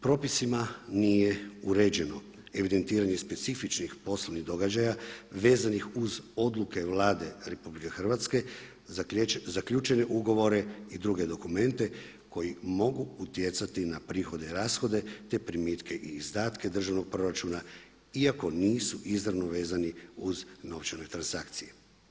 Propisima nije uređeno evidentiranje specifičnih poslovnih događaja vezanih uz odluke Vlade RH, zaključene ugovore i druge dokumente koji mogu utjecati na prihode i rashode, te primitke i izdatke državnog proračuna, iako nisu izravno vezani uz novčane transakcije.